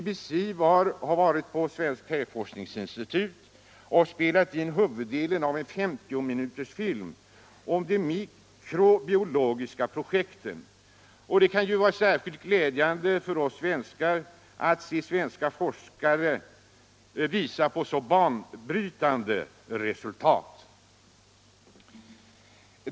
BBC har varit på Svenska träforskningsinstitutet och spelat in huvuddelen av en 50-minutersfilm om de mikrobiologiska projekten. Det kan ju vara särskilt glädjande för oss svenskar att se svenska forskare kunna visa på så banbrytande resultat.